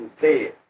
dead